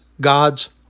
God's